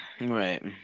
Right